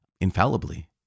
infallibly